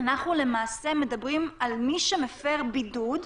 אנחנו מדברים על מי שמפר בידוד,